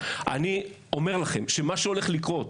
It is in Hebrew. אני אומר לכם שמה שהולך לקרות